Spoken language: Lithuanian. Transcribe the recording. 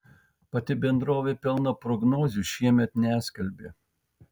pati bendrovė pelno prognozių šiemet neskelbė